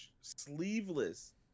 sleeveless